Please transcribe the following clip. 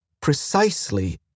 precisely